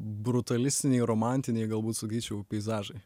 brutalistiniai romantiniai galbūt sakyčiau peizažai